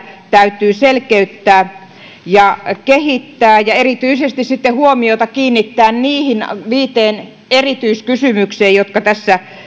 täytyy selkeyttää ja kehittää ja erityisesti huomiota kiinnittää niihin viiteen erityiskysymykseen jotka tässä